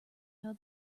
how